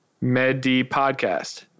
Medi-Podcast